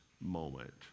moment